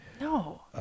no